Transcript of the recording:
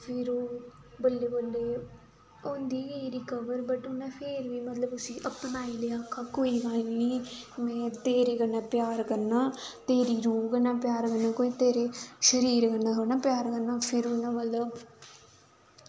फिर ओह् बल्लें बल्लें होंदी गेई रिकवर बट फिर बी उन्नै उसी अपनाई लेआ आखेआ कोई गल्ल नी में तेरे कन्नै प्यार करना तेरी रूह् कन्नै प्यार करना कोई तेरे शरीर कन्नै थोह्ड़े ना प्यार करना फिर उन्नै मतलब